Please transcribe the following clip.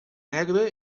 negre